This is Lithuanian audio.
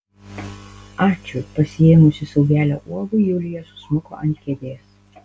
ačiū pasisėmusi saujelę uogų julija susmuko ant kėdės